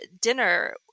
dinner